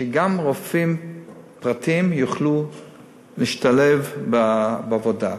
שגם רופאים פרטיים יוכלו להשתלב בעבודה.